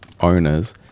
owners